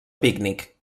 pícnic